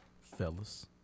fellas